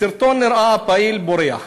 בסרטון נראה פעיל בורח,